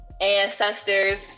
ancestors